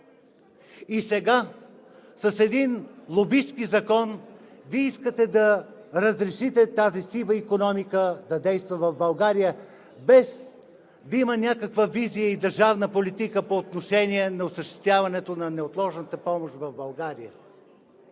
И сега с един лобистки закон Вие искате да разрешите тази сива икономика да действа в България, без да има някаква визия и държавна политика по отношение осъществяването на неотложната помощ в България.